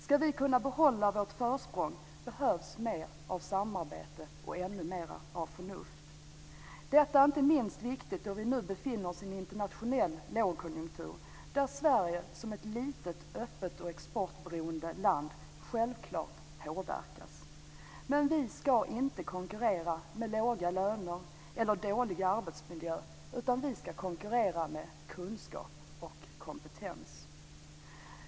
Ska vi kunna behålla vårt försprång behövs det mer av samarbete och ännu mera av förnuft. Detta är inte minst viktigt eftersom vi nu befinner oss i en internationell lågkonjunktur, där Sverige som ett litet, öppet och exportberoende land självklart påverkas. Men vi ska inte konkurrera med låga löner eller dålig arbetsmiljö, utan vi ska konkurrera med kunskap och kompetens.